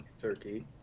Turkey